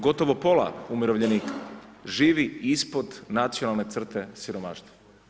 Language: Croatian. Gotovo pola umirovljenika živi ispod nacionalne crte siromaštva.